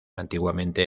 antiguamente